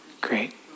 great